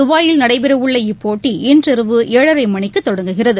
தபாயில் நடைபெறவுள்ள இப்போட்டி இன்றிரவு ஏழரைமணிக்குதொடங்குகிறது